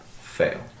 Fail